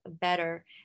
better